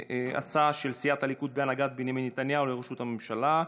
הצעה של סיעת הליכוד בהנהגת בנימין נתניהו לראשות הממשלה,